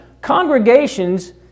Congregations